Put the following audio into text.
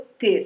ter